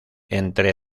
entre